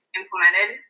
implemented